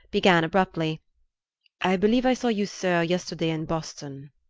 began abruptly i believe i saw you, sir, yesterday in boston.